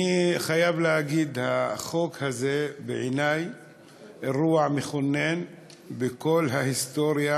אני חייב להגיד: החוק הזה הוא בעיני אירוע מכונן בכל ההיסטוריה